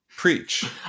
preach